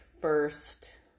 first